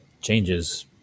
changes